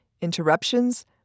Interruptions